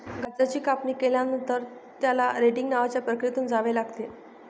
गांजाची कापणी केल्यानंतर, त्याला रेटिंग नावाच्या प्रक्रियेतून जावे लागते